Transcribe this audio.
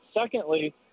Secondly